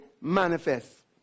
manifest